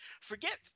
forget